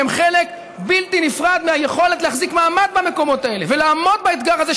הם חלק בלתי נפרד מהיכולת להחזיק מעמד במקומות האלה ולעמוד באתגר הזה,